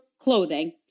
clothing